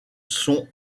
sont